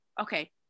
okay